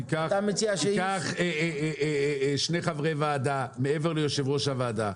שתיקח שני חברי ועדה מעבר ליושב-ראש הוועדה,